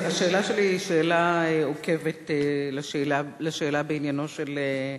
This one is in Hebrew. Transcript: השאלה שלי היא שאלה עוקבת לשאלה בעניינו של,